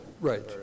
right